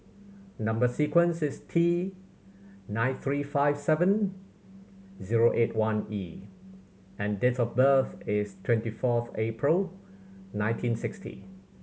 number sequence is T nine three five seven zero eight one E and date of birth is twenty fourth April nineteen sixty